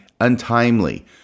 untimely